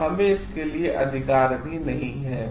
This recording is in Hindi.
और हमें इसके लिए अधिकारभी नहीं है